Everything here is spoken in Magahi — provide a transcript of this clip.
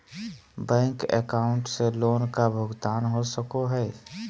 बैंक अकाउंट से लोन का भुगतान हो सको हई?